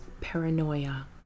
Paranoia